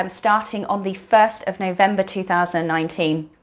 um starting on the first of november, two thousand and nineteen,